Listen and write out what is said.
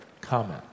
comment